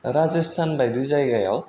राजस्थान बायदि जायगायाव